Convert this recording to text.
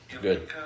Good